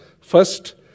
First